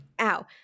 Ow